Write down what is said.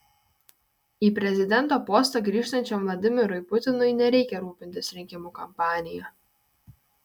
į prezidento postą grįžtančiam vladimirui putinui nereikia rūpintis rinkimų kampanija